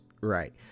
Right